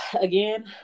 again